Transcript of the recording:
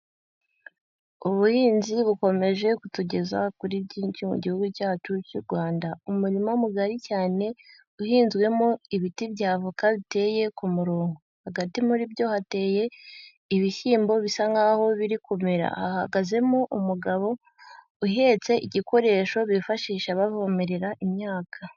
Ubuhinzi bukomeje kutugeza kuri byinshi mu gihugu cyacu cy'u Rwanda. Umurima mugari cyane uhinzwemo ibiti bya voka biteye ku muronKo, hagati muri byo hateye ibishyimbo bisa nkaho biri kumera, hahagazemo umugabo uhetse igikoresho bifashisha bavomerera imyaka.